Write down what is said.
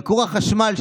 ייקור החשמל,